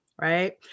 right